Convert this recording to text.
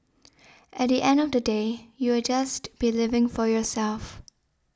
at the end of the day you'll just be living for yourself